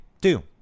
Two